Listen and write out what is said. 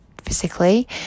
physically